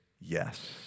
yes